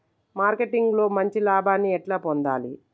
Marketing లో మంచి లాభాల్ని ఎట్లా పొందాలి?